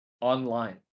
online